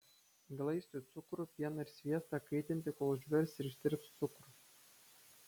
glaistui cukrų pieną ir sviestą kaitinti kol užvirs ir ištirps cukrus